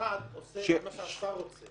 המשרד עושה את מה שהשר רוצה.